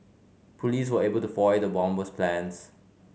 police were able to foil the bomber's plans